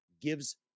gives